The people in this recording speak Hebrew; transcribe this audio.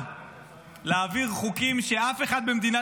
תסתכל